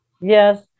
yes